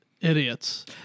Idiots